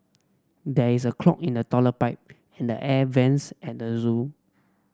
there is a clog in the toilet pipe and the air vents at the zoo